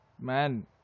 Man